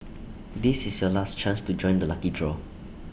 this is your last chance to join the lucky draw